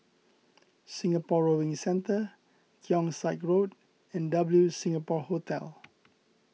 Singapore Rowing Centre Keong Saik Road and W Singapore Hotel